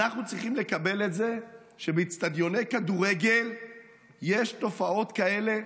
אנחנו צריכים לקבל את זה שבאצטדיוני כדורגל יש תופעות כאלה?